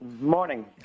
Morning